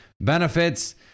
benefits